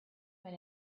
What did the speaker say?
but